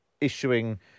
issuing